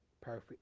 perfect